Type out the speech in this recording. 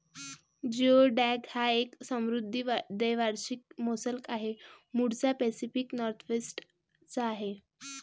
geoduck हा एक समुद्री द्वैवार्षिक मोलस्क आहे, मूळचा पॅसिफिक नॉर्थवेस्ट चा आहे